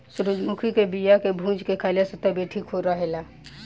सूरजमुखी के बिया के भूंज के खाइला से तबियत ठीक रहेला